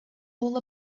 all